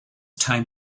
time